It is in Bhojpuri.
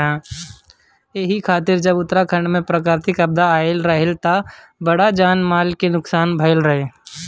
एही तरे जब उत्तराखंड में प्राकृतिक आपदा आईल रहे त बड़ा जान माल के नुकसान भईल रहे